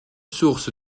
source